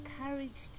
encouraged